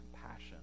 compassion